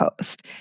post